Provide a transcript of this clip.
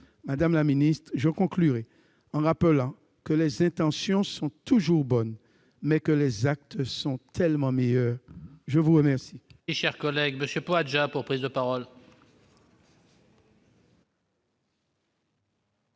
Madame la ministre, je conclurai en rappelant que les intentions sont toujours bonnes, mais que les actes sont tellement meilleurs ! La parole